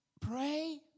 pray